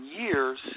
years